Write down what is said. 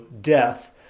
death